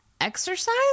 Exercise